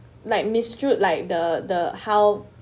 like mistruth like the the how